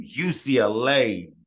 ucla